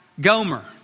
Gomer